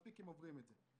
מספיק הם עוברים את זה.